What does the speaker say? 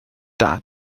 dad